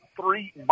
three